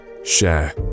Share